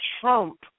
trump